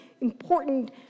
important